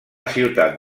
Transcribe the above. ciutat